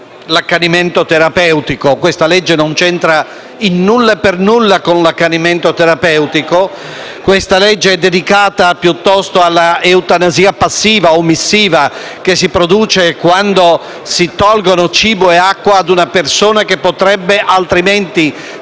l'accanimento terapeutico; questa legge non c'entra nulla con l'accanimento terapeutico, ma è dedicata, piuttosto, all'eutanasia passiva od omissiva, che si produce quando si tolgono cibo e acqua a una persona che potrebbe altrimenti,